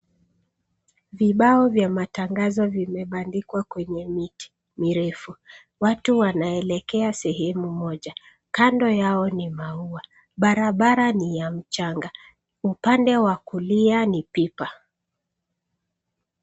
Vibao vya matangazo vimebandikwa kwenye miti mirefu. Watu wanaelekea sehemu moja. Kando yao ni maua. Barabara ni ya mchanga. Upande wa kulia ni pipa.